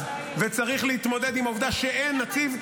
וצריך להתמודד עם העובדה שאין נציב,